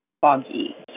foggy